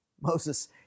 Moses